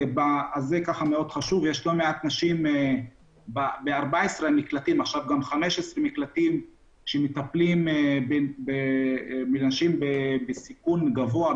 יש לא מעט נשים ב-15 המקלטים שמטפלים בהם כנשים בסיכון גבוה,